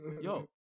Yo